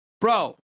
bro